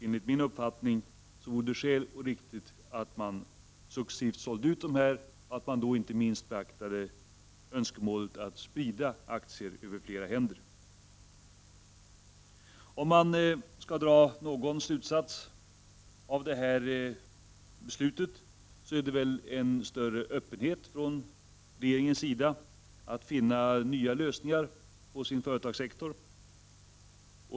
Enligt min uppfattning vore det rätt och riktigt att dessa aktier successivt såldes i enlighet med önskemålet att sprida aktier över flera händer. Om man skall dra någon slutsats av beslutet om samgående är det att regeringen visar en större öppenhet för att finna nya lösningar när det gäller statens företagssektor.